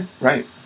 Right